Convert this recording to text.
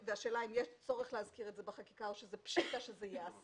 השאלה אם יש צורך להזכיר את זה בחקיקה או שזה פשיטה שזה ייעשה,